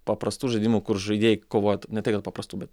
paprastų žaidimų kur žaidėjai kovoja ne tai kad prastų bet